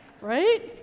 Right